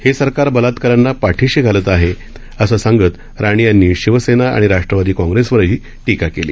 हे सरकार बलात्काऱ्यांना पाठीशी घालत आहे असं सांगत राणे यांनी शिवसेना आणि राष्ट्रवादी काँग्रेसवरही टीका केली